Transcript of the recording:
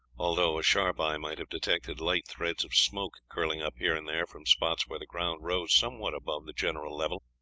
although a sharp eye might have detected light threads of smoke curling up here and there from spots where the ground rose somewhat above the general level.